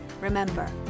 Remember